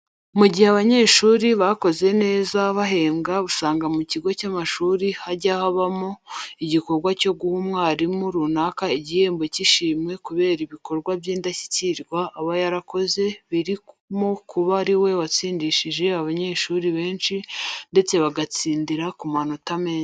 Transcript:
Mu gihe abanyeshuri bakoze neza bahembwa usanga mu kigo cy'amashuri hajya habaho igikorwa cyo guha umwarimu runaka igihembo cy'ishimwe kubera ibikorwa byindashyikirwa aba yarakoze birimo kuba ari we watsindishije abanyeshuri benshi ndetse bagatsindira ku manota meza.